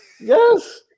Yes